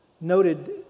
noted